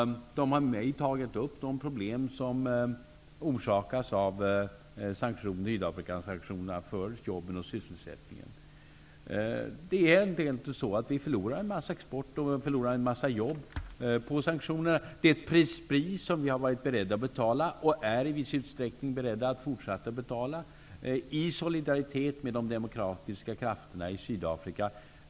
De har med mig tagit upp de problem för jobben och sysselsättningen som orsakas av Sydafrikasanktionerna. Det är inte så att vi förlorar en massa export och jobb på grund av sanktionerna. Det är ett pris som vi har varit beredda att betala, och i viss utsträckning är beredda att fortsätta att betala, i solidaritet med de demokratiska krafterna i Sydafrika.